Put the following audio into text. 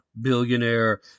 billionaire